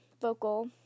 vocal